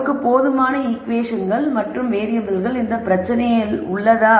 நமக்கு போதுமான ஈகுவேஷன்கள் மற்றும் வேறியபிள்கள் பிரச்சனையில் உள்ளதா